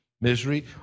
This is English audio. misery